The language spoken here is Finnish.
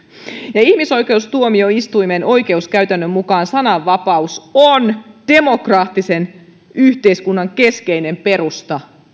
ihmisoikeustuomioistuimen oikeuskäytännön mukaan sananvapaus on demokraattisen yhteiskunnan keskeinen perusta